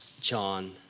John